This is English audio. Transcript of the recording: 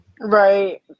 right